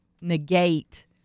negate